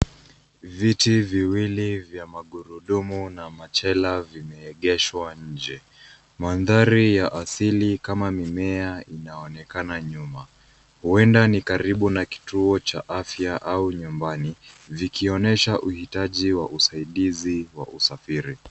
Viti viwili vya magurudumu na machela vimeegeshwa nje. Mandhari ya asili kama mimea inaonekana nyuma. Huenda ni karibu na kituo cha afya au nyumbani vikionyesha uhitaji wa uaidizi wa usafiri.